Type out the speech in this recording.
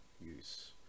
use